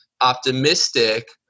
optimistic